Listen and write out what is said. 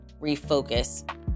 refocus